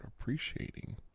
appreciating